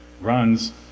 runs